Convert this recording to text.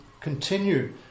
continue